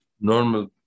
normal